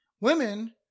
women